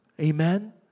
Amen